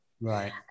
Right